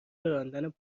راندن